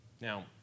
Now